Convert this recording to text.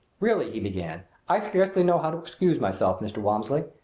really, he began, i scarcely know how to excuse myself, mr. walmsley.